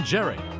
Jerry